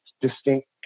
distinct